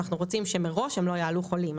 אנחנו רוצים שמראש הם לא יעלו חולים.